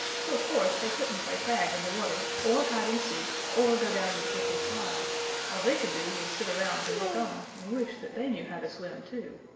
so of course they couldn't play tag in the water or hide and seek or go down the slippery slide all they could do was sit around to look on and wish that they knew how to swim, too.